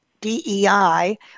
DEI